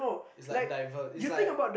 it's like divert it's like